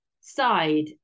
side